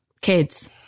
kids